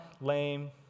lame